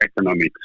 economics